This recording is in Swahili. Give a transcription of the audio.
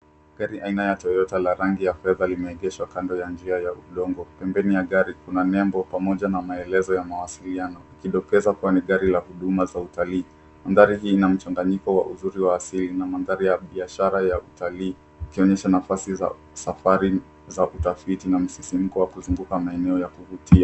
Gari aina ya toyota la rangi ya fedha limeegeshwa kando ya njia ya udongo. Pembeni ya gari kuna nembo pamoja na maelezo ya mawasiliano ikidokeza kuwa ni gari la huduma za utalii. Mandhari hii ina mchanganyiko wa uzuri wa asili na mandhari ya biashara ya utalii ikionyesha nafasi za safari za utafiti na msisimko wa kuzunguka maeneo ya kuvutia.